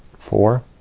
four.